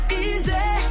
easy